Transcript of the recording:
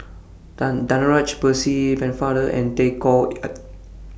Danaraj Percy Pennefather and Tay Koh Yat